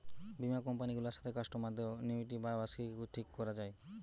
বীমা কোম্পানি গুলার সাথে কাস্টমারদের অ্যানুইটি বা বার্ষিকী ঠিক কোরা হয়